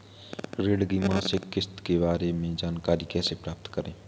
ऋण की मासिक किस्त के बारे में जानकारी कैसे प्राप्त करें?